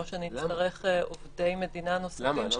או שנצטרך עובדי מדינה נוספים.